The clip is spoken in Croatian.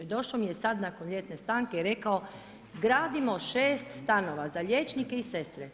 Došao mi je sad nakon ljetne stanke i rekao gradimo 6 stanova za liječnike i sestre.